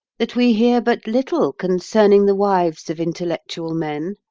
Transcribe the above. that we hear but little concerning the wives of intellectual men.